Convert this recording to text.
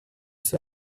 say